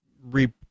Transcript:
re